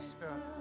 Spirit